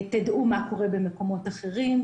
כדי שתדעו מה קורה במקומות אחרים,